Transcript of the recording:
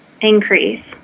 increase